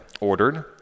ordered